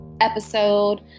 episode